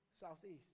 Southeast